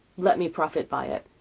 let me profit by it.